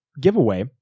giveaway